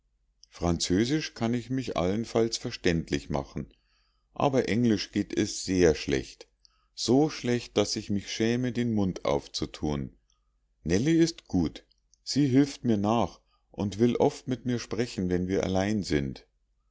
französisch kann ich mich allenfalls verständlich machen aber englisch geht es sehr schlecht so schlecht daß ich mich schäme den mund aufzuthun nellie ist gut sie hilft mir nach und will oft mit mir sprechen wenn wir allein sind